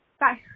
Bye